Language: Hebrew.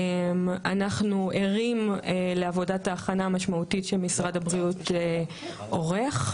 אנחנו ערים לעבודת ההכנה המשמעותית שמשרד הבריאות עורך.